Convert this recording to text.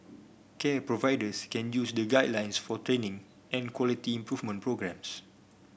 care providers can use the guidelines for training and quality improvement programmes